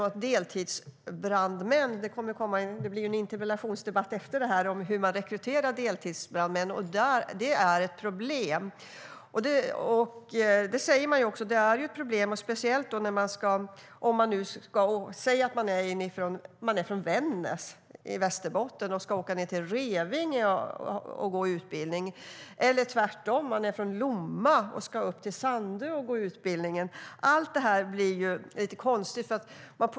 Efter det här kommer det en interpellationsdebatt om hur man rekryterar deltidsbrandmän. Det kan bli problem speciellt om man är från Vännäs och ska gå utbildning i Revinge, eller tvärtom, om man är från Lomma och ska gå utbildning i Sandö. Allt detta blir lite konstigt.